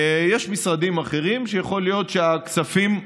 יש משרדים אחרים שבהם יכול להיות שהכספים,